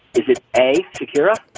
is it a secure ah